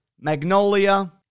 Magnolia